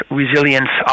resilience